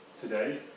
today